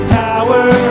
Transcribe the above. power